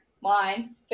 wine